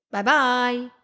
Bye-bye